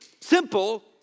Simple